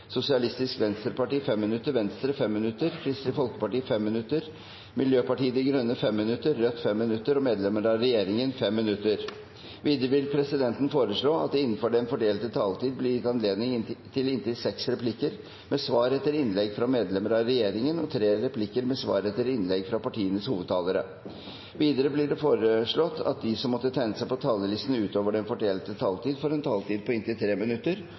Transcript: Sosialistisk Venstreparti 5 minutter, Venstre 5 minutter, Kristelig Folkeparti 5 minutter, Miljøpartiet De Grønne 5 minutter, Rødt 5 minutter og medlemmer av regjeringen 5 minutter. Videre vil presidenten foreslå at det – innenfor den fordelte taletid – blir gitt anledning til inntil seks replikker med svar etter innlegg fra medlemmer av regjeringen og tre replikker med svar etter innlegg fra partienes hovedtalere. Videre blir det foreslått at de som måtte tegne seg på talerlisten utover den fordelte taletid, får en taletid på inntil 3 minutter.